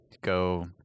go